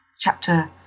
Chapter